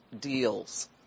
deals